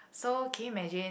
so can you imagine